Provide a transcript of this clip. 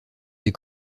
des